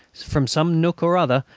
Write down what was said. from some nook or other,